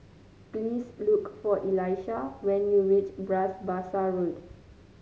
please look for Elisha when you reach Bras Basah Road